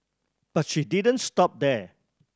but she didn't stop there